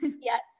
Yes